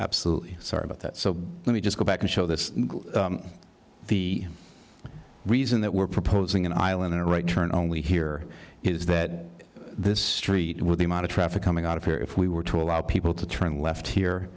absolutely sorry about that so let me just go back and show that the reason that we're proposing an island in a right turn only here is that this street with the amount of traffic coming out of here if we were to allow people to turn